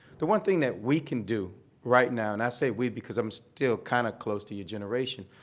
the one thing that we can do right now, and i say we because i'm still kind of close to your generation,